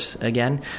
Again